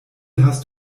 hast